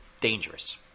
dangerous